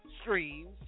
streams